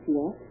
Yes